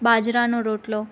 બાજરાના રોટલો